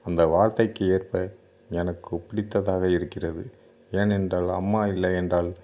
அந்த வார்த்தைக்கு ஏற்ப எனக்கு பிடித்ததாக இருக்கிறது ஏன் என்றால் அம்மா இல்லை என்றால்